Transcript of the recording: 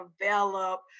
develop